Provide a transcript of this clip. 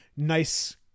nice